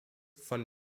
von